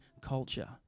culture